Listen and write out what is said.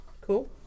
Cool